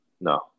no